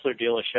dealership